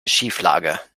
schieflage